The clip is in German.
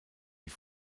die